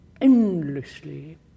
endlessly